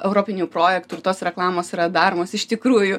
europinių projektų ir tos reklamos yra daromos iš tikrųjų